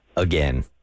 Again